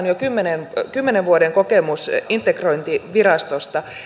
jo kymmenen kymmenen vuoden kokemus integrointivirastosta